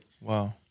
Wow